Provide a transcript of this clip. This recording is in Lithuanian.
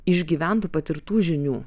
išgyventų patirtų žinių